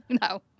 no